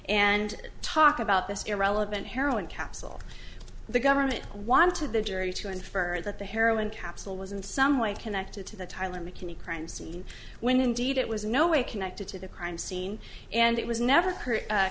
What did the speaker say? and talk about this irrelevant heroin capsule the government wanted the jury to infer that the heroin capsule was in some way connected to the tyler mckinney crime scene when indeed it was no way connected to the crime scene and it was never